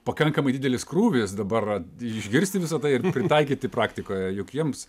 pakankamai didelis krūvis dabar išgirsti visa tai ir pritaikyti praktikoje juk jiems